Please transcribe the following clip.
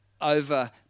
over